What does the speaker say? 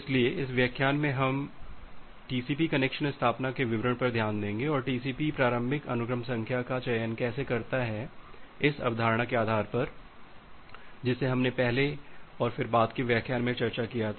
इसलिए इस व्याख्यान में हम टीसीपी कनेक्शन स्थापना के विवरण पर ध्यान देंगे और टीसीपी प्रारंभिक अनुक्रम संख्या का चयन कैसे करता है इस अवधारणा के आधार पर जिसे हमने पहले और फिर बाद के व्याख्यान में चर्चा किया था